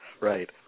Right